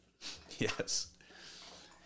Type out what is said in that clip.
Yes